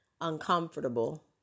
uncomfortable